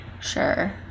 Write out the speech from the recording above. Sure